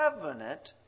covenant